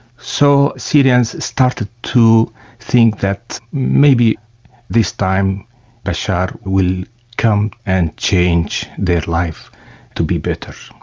so syrians started to think that maybe this time bashar will come and change their life to be better.